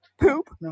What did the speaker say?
poop